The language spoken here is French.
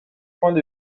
points